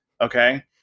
Okay